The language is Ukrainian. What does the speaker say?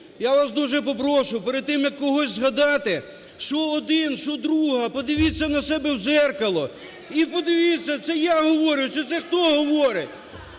Я вас дуже попрошу, перед тим як когось згадати, що один, що друга, подивіться на себе в дзеркало. І подивіться, це я говорю, чи це хто говорить?